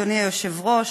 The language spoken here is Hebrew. אדוני היושב-ראש,